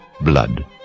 blood